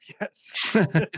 yes